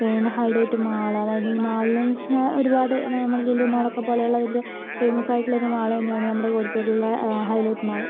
പിന്നെ highlight mall അതായത് മാളിലെ എന്ന് വെച്ചിട്ടുണ്ടെങ്കിൽ ഒരുപാട് നമ്മളെ ലുലുമാൾ ഒക്കെ പോലെള്ള വലിയ ഫേമസ് ആയിട്ടുള്ള ഒരു മാളു തന്നെയാണ് നമ്മുടെ കോഴിക്കോടുള്ള ഹൈലൈറ്റ് മാൾ